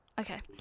Okay